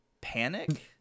panic